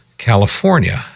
California